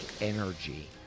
energy